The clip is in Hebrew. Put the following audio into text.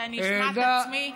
שאני אשמע את עצמי?